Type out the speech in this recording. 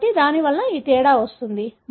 కాబట్టి దానివల్లే ఈ తేడా వస్తుంది